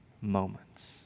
moments